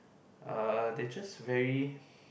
uh they just very